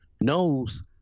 knows